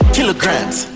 Kilograms